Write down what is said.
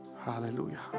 Hallelujah